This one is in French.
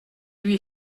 lui